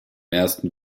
ersten